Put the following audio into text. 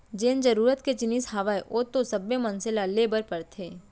जेन जरुरत के जिनिस हावय ओ तो सब्बे मनसे ल ले बर परथे